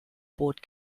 boot